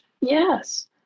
yes